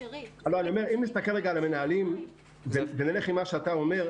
אם נסתכל רגע על המנהלים ונלך עם מה שאתה אומר,